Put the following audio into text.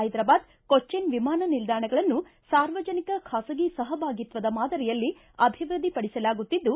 ಹೈದ್ರಬಾದ್ ಕೊಟ್ಟನ್ ವಿಮಾನ ನಿಲ್ದಾಣಗಳನ್ನು ಸಾರ್ವಜನಿಕ ಬಾಸಗಿ ಸಹಭಾಗಿತ್ವದಲ್ಲಿ ಮಾದರಿಯಲ್ಲಿ ಅಭಿವೃದ್ಧಿಪಡಿಸಲಾಗುತ್ತಿದ್ದು